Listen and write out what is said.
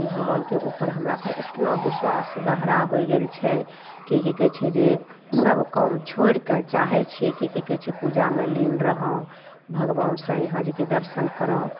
भगवानके उपर हमरा सब एतना विश्वास गहरा होइ गेल छै कि कि कहय छै जे सब काम छोड़ि कऽ चाहय छियै कि कि कहय छै पूजामे लीन रहौं भगवानसँ ईहाँ जेकी दर्शन करौं